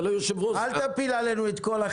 אבל, היושב-ראש -- אל תפיל עלינו את כל החטאים.